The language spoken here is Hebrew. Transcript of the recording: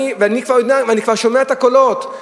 ואני כבר שומע את הקולות,